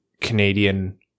Canadian